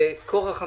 זה כורח המציאות,